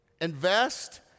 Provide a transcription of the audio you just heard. Invest